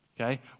Okay